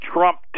Trump